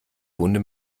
wunde